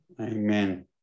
Amen